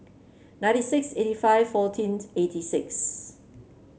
ninety six eighty five fourteenth eighty six